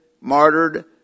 martyred